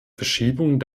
verschiebung